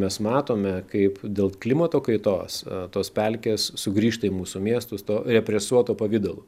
mes matome kaip dėl klimato kaitos tos pelkės sugrįžta į mūsų miestus tuo represuoto pavidalu